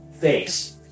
face